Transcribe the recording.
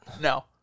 No